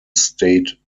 state